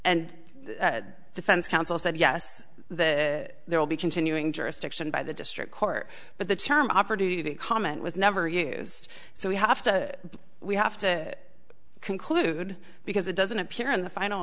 and defense counsel said yes that there will be continuing jurisdiction by the district court but the term opportunity to comment was never used so we have to we have to conclude because it doesn't appear in the final